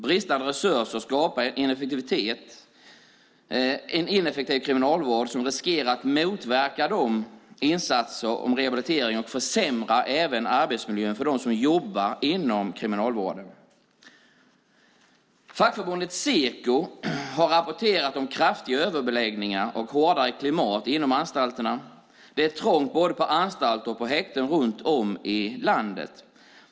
Bristande resurser skapar en ineffektiv kriminalvård som riskerar att motverka de intagnas rehabilitering och försämrar arbetsmiljön för dem som jobbar inom kriminalvården. Fackförbundet Seko har rapporterat om kraftig överbeläggning och hårdare klimat inom anstalterna. Det är trångt både på anstalter och på häkten runt om i landet.